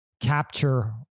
capture